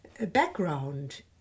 background